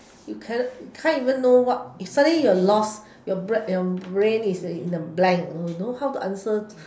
you cannot you can't even know what is suddenly you're lost your breath your brain is in the blank you don't know how to answer